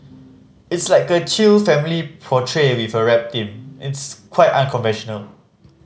it's like a chill family portrait with a rap theme it's quite unconventional